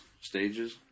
stages